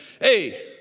hey